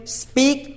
speak